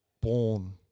born